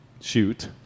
Shoot